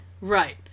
right